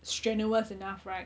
strenuous enough right